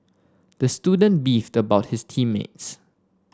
the student beefed about his team mates